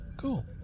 Cool